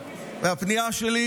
והפנייה שלי